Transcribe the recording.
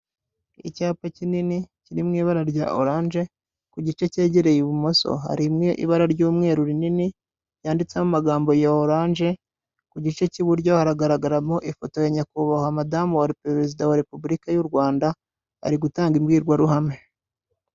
Icyapa kinini kiri mu ibara rya oranje, ku gice kegereye ibumoso harimo ibara ry'umweru rinini yanditseho amagambo ya orange, ku gice k'iburyo haragaragaramo ifoto ya nyakubahwa madamu wa perezida wa Repubulika y'u Rwanda, ari gutanga imbwirwaruhame.